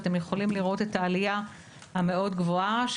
אתם יכולים לראות את העלייה המאוד גבוהה.